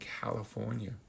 California